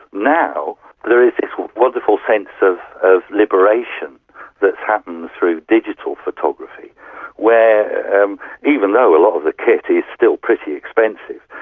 now there's this wonderful sense of of liberation that has happened through digital photography where um even though a lot of the kit is still pretty expensive,